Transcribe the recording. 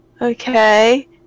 Okay